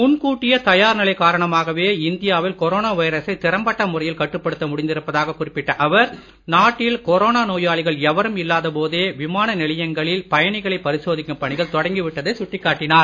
முன்கூட்டிய தயார்நிலை காரணமாகவே இந்தியா வில் கொரோனா வைரசை திறம்பட்ட முறையில் கட்டுப்படுத்த முடிந்திருப்பதாகக் குறிப்பிட்ட அவர் நாட்டில் கொரேனா நோயாளிகள் எவரும் இல்லாத போதே விமான நிலையங்களில் பயணிகளைப் பரிசோதிக்கும் பணிகள் தொடங்கி விட்டதைச் சுட்டிக் காட்டினார்